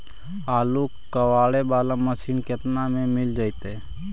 आलू कबाड़े बाला मशीन केतना में मिल जइतै?